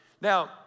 Now